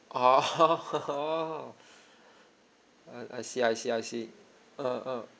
orh hor hor hor uh I see I see I see uh uh